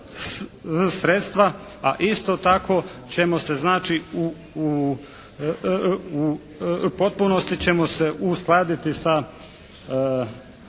sredstva a isto tako ćemo se znači, u potpunosti ćemo se uskladiti sa